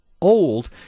old